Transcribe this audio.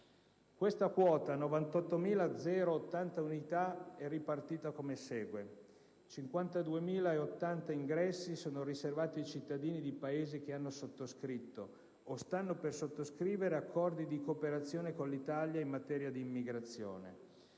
Detta quota di 98.080 unità è ripartita come segue: 52.080 ingressi sono riservati ai cittadini di Paesi che hanno sottoscritto o stanno per sottoscrivere accordi di cooperazione con l'Italia in materia di immigrazione.